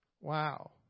Wow